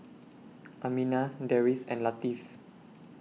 Aminah Deris and Latif